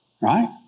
Right